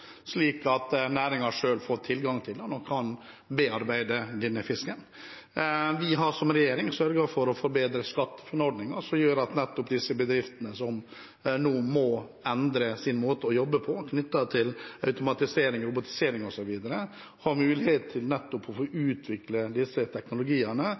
slik at næringen får tilgang til den og kan bearbeide fisken. Vi har som regjering sørget for å forbedre SkatteFUNN-ordningen, noe som gjør at de bedriftene som nå må endre sin måte å jobbe på på grunn av automatisering og robotisering osv., har muligheten til å få utviklet disse teknologiene.